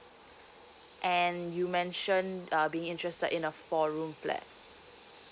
and you mentioned uh being interested in a four room flat